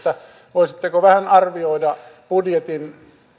voisitteko vähän arvioida budjetin